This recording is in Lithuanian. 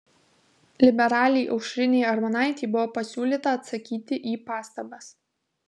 liberalei aušrinei armonaitei buvo pasiūlyta atsakyti į pastabas